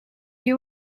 you